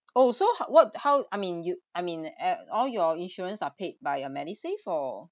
oh so how what how I mean you'd I mean all your insurance are paid by your medisave or